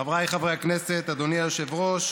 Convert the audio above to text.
חבריי חברי הכנסת, אדוני היושב-ראש,